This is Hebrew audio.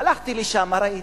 הלכתי לשם, ראיתי.